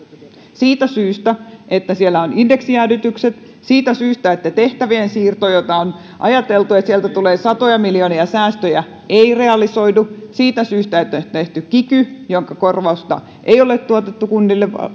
siitä syystä että siellä on indeksijäädytykset siitä syystä että tehtävien siirto josta on ajateltu tulevan satoja miljoonia säästöjä ei realisoidu siitä syystä että on tehty kiky jonka korvausta ei ole tuotettu kunnille